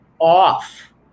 off